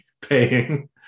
paying